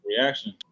reaction